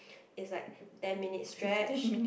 is like ten minutes stretch